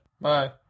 Bye